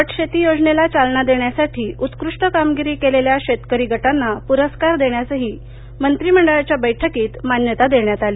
गट शेती योजनेला चालना देण्यासाठी उत्कृष्ट कामगिरी केलेल्या शेतकरी गटांना पुरस्कार देण्यासही मंत्रिमंडळाच्या बैठकीत मान्यता देण्यात आली